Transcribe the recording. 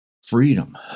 Freedom